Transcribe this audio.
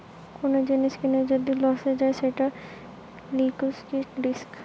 কোন জিনিস কিনে যদি লসে যায় সেটা লিকুইডিটি রিস্ক